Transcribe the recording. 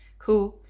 who,